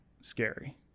scary